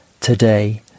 today